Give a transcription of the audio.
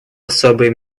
особые